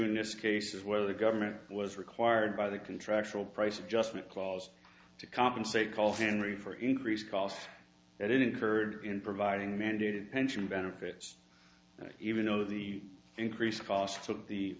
in this case is whether the government was required by the contractual price adjustment clause to compensate call henry for increased costs that it incurred in providing mandated pension benefits and even though the increased costs of the